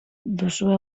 duzue